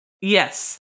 Yes